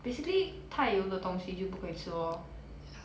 basically 太油的东西就不可以吃 loh